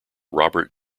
robert